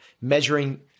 measuring